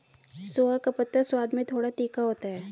सोआ का पत्ता स्वाद में थोड़ा तीखा होता है